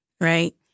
right